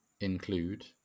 include